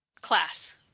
Class